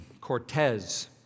Cortez